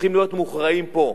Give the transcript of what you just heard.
צריכים להיות מוכרעים פה.